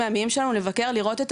לתאר,